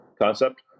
concept